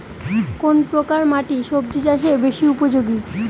কোন প্রকার মাটি সবজি চাষে বেশি উপযোগী?